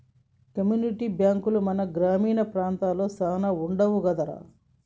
community బాంకులు మన గ్రామీణ ప్రాంతాలలో సాన వుండవు కదరా